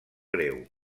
greu